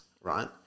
right